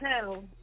hell